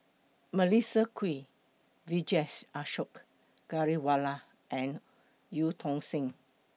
Melissa Kwee Vijesh Ashok Ghariwala and EU Tong Sen